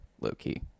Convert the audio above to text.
low-key